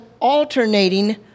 alternating